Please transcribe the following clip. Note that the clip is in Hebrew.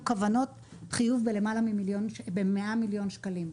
כוונות חיוב בלמעלה מ-100 מיליון שקלים.